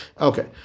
Okay